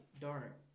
dark